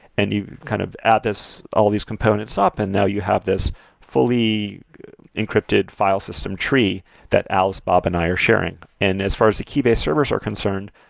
and you kind of add all of these components up and now you have this fully encrypted file system tree that alice, bob and i are sharing and as far as the keybase servers are concerned,